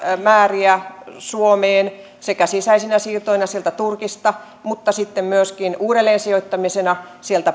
määriä suomeen sekä sisäisinä siirtoina turkista mutta sitten myöskin uudelleensijoittamisena